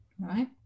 Right